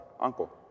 uncle